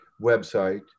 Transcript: website